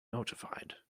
notified